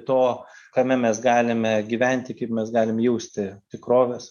to kame mes galime gyventi kaip mes galim jausti tikrovės